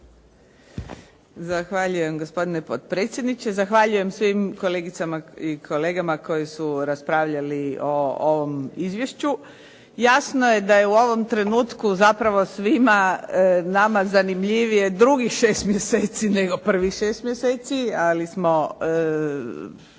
Zahvaljujem gospodine potpredsjedniče. Zahvaljujem svim kolegicama i kolegama koji su raspravljali o ovom izvješću. Jasno je da je u ovom trenutku zapravo svima nama zanimljivije drugih 6 mjeseci nego prvih 6 mjeseci, ali smo